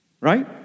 Right